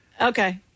Okay